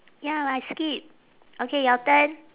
ya I skip okay your turn